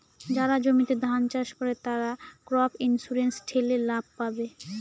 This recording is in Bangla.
যারা জমিতে ধান চাষ করে, তারা ক্রপ ইন্সুরেন্স ঠেলে লাভ পাবে